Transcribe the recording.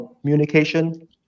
communication